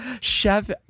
Chef